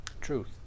Truth